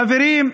חברים,